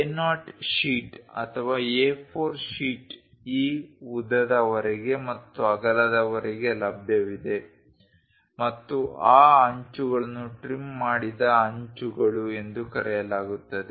A0 sheet ಅಥವಾ A4 sheet ಈ ಉದ್ದದವರೆಗೆ ಮತ್ತು ಅಗಲದವರೆಗೆ ಲಭ್ಯವಿದೆ ಮತ್ತು ಆ ಅಂಚುಗಳನ್ನು ಟ್ರಿಮ್ ಮಾಡಿದ ಅಂಚುಗಳು ಎಂದು ಕರೆಯಲಾಗುತ್ತದೆ